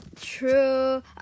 True